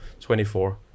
24